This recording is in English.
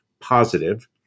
positive